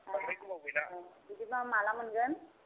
बांद्राय गोबाव गैला अ बिदिब्ला माला मोनगोन